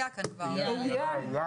לא.